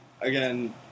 again